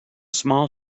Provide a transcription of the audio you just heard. small